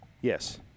yes